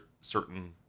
certain